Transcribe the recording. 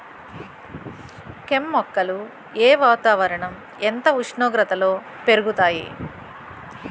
కెమ్ మొక్కలు ఏ వాతావరణం ఎంత ఉష్ణోగ్రతలో పెరుగుతాయి?